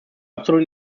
absolut